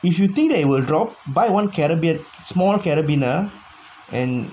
if you think they will drop buy one caribbean small carribean ah and